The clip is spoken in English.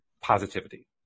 positivity